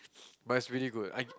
but it's really good I